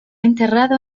enterrado